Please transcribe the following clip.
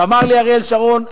אמר לי אריאל שרון,